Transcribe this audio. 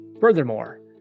Furthermore